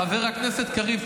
חבר הכנסת קריב,